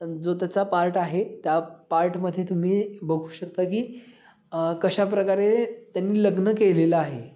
जो त्याचा पार्ट आहे त्या पार्टमध्ये तुम्ही बघू शकता की कशा प्रकारे त्यांनी लग्न केलेलं आहे